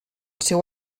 seu